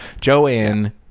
Joanne